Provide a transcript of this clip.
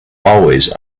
always